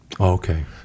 Okay